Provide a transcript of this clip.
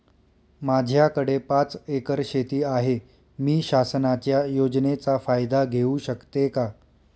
माझ्याकडे पाच एकर शेती आहे, मी शासनाच्या योजनेचा फायदा घेऊ शकते का?